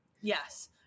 Yes